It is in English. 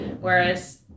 Whereas